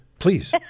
Please